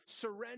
surrender